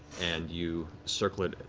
and you circle it,